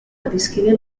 adiskide